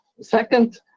second